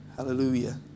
Hallelujah